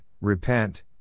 repent